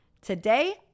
today